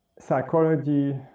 psychology